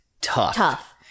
tough